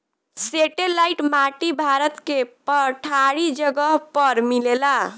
satellite माटी भारत के पठारी जगह पर मिलेला